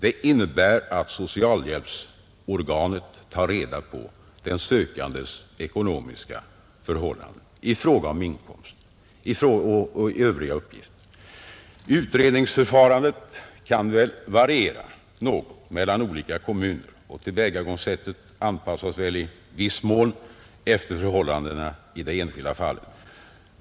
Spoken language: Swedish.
Det innebär att socialhjälpsorganet tar reda på den sökandes ekonomiska förhållanden i fråga om inkomster och annat. Utredningsförfarandet kan variera något mellan olika kommuner, och tillvägagångssättet anpassas väl i viss mån efter förhållandena i det enskilda fallet.